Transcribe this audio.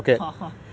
ha ha